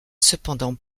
cependant